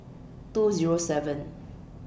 two Zero seven